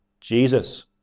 Jesus